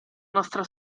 nostra